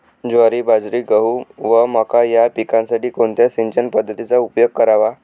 ज्वारी, बाजरी, गहू व मका या पिकांसाठी कोणत्या सिंचन पद्धतीचा उपयोग करावा?